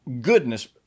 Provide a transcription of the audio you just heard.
goodness